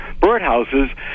birdhouses